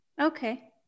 Okay